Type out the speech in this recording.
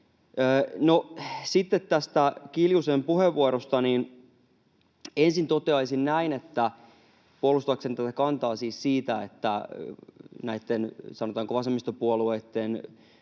sitten tästä Kiljusen puheenvuorosta ensin toteaisin näin: Puolustan siis tätä kantaa siitä, että näitten, sanotaanko, vasemmistopuolueitten